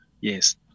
yes